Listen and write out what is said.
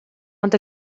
ond